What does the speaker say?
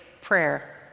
prayer